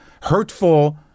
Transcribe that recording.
hurtful